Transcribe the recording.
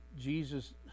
Jesus